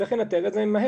צריך לנטר את זה מהר.